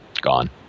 Gone